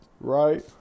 Right